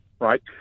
right